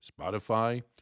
Spotify